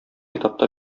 этапта